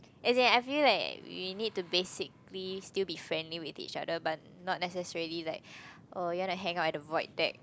as in I feel like we need to basically still be friendly with each other but not necessarily like oh you wanna hangout at the void deck